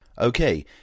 Okay